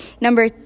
number